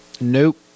nope